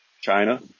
China